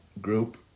group